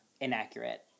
inaccurate